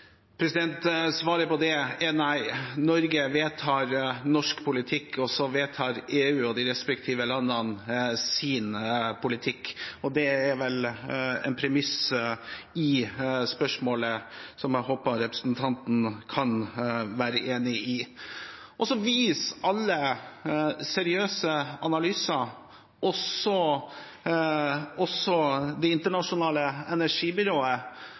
Svaret på det er nei. Norge vedtar norsk politikk, og så vedtar EU og de respektive landene sin politikk. Det er vel en premiss i spørsmålet som jeg håper representanten kan være enig i. Så viser alle seriøse analyser, også fra Det internasjonale energibyrået,